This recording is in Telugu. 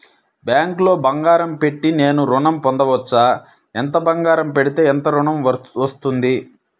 బ్యాంక్లో బంగారం పెట్టి నేను ఋణం పొందవచ్చా? ఎంత బంగారం పెడితే ఎంత ఋణం వస్తుంది?